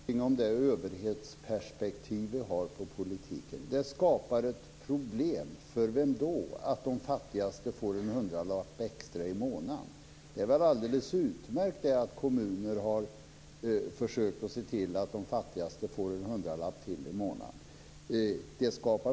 Fru talman! Det säger väl någonting om det överhetsperspektiv vi har på politiken. Det skapar ett problem - för vem då? - att de fattigaste får en hundralapp extra i månaden. Det är väl alldeles utmärkt att kommuner har försökt se till att de fattigaste får en hundralapp till i månaden.